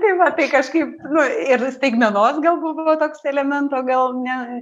tai va tai kažkaip nu ir staigmenos galbūt buvo toks elemento gal ne